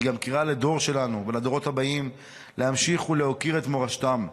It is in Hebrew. היא גם קריאה לדור שלנו ולדורות הבאים להמשיך ולהוקיר את מורשתם.